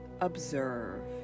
observe